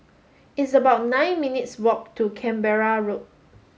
it's about nine minutes' walk to Canberra Road